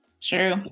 True